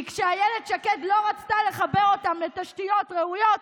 כי כשאילת שקד לא רצתה לחבר אותם לתשתיות ראויות,